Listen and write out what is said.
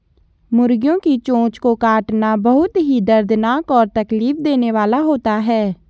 मुर्गियों की चोंच को काटना बहुत ही दर्दनाक और तकलीफ देने वाला होता है